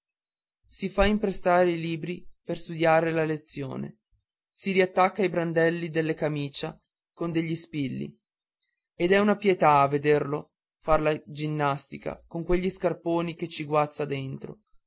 si fa imprestare i libri per studiare la lezione si riattacca i brindelli della camicia con degli spilli ed è una pietà a vederlo far la ginnastica con quelli scarponi che ci sguazza dentro